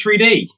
3D